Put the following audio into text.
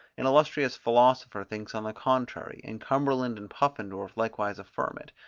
an illustrious philosopher thinks on the contrary, and cumberland and puffendorff likewise affirm it,